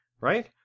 right